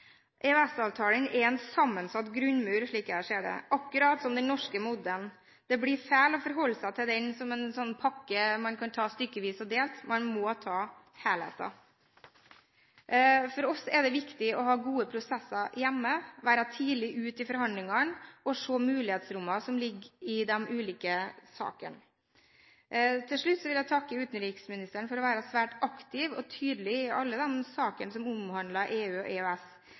er en sammensatt grunnmur, slik jeg ser det, akkurat slik den norske modellen er det. Det blir feil å forholde seg til den som en pakke man kan ta stykkevis og delt, man må ta helheten. For oss er det viktig å ha gode prosesser hjemme, være tidlig ute i forhandlingene og se mulighetsrommene som ligger i de ulike sakene. Til slutt vil jeg takke utenriksministeren for å være svært aktiv og tydelig i alle de sakene som omhandler EU og EØS.